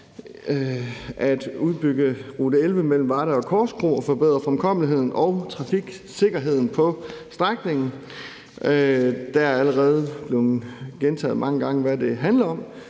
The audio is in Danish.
at udbygge Rute 11 mellem Varde og Korskro og forbedre fremkommeligheden og trafiksikkerheden på strækningen. Det er allerede blevet nævnt mange gange, hvad det handler om,